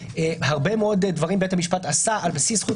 הרבה מאוד דברים בית המשפט עשה על בסיס זכות